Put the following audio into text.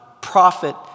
prophet